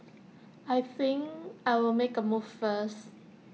I think I'll make A move first